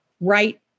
right